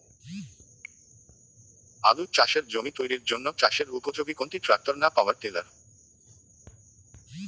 আলু চাষের জমি তৈরির জন্য চাষের উপযোগী কোনটি ট্রাক্টর না পাওয়ার টিলার?